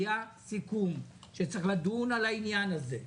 היה סיכום שצריך לדון על העניין הזה.